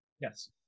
Yes